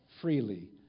freely